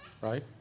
right